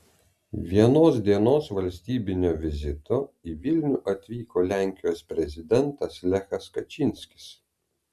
vienos dienos valstybinio vizito į vilnių atvyko lenkijos prezidentas lechas kačynskis